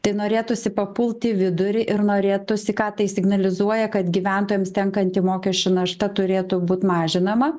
tai norėtųsi papult į vidurį ir norėtųsi ką tai signalizuoja kad gyventojams tenkanti mokesčių našta turėtų būt mažinama